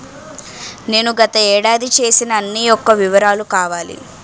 నేను గత ఏడాది చేసిన అన్ని యెక్క వివరాలు కావాలి?